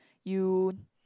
you